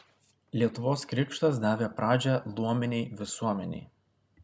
lietuvos krikštas davė pradžią luominei visuomenei